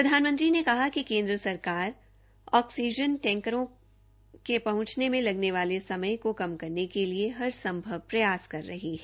प्रधानमंत्री ने कहा कि केन्द्र सरकार ऑक्सीजन टैंकरों के पहचने में लगने वाले समय को कम करने के लिए हर संभव प्रयास कर रही है